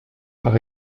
par